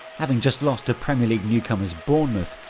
having just lost to premier league newcomers bournemouth,